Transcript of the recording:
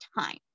time